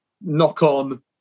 knock-on